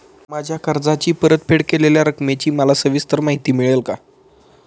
माझ्या कर्जाची परतफेड केलेल्या रकमेची मला सविस्तर माहिती मिळेल का?